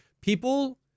people